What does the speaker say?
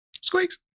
Squeaks